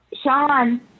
Sean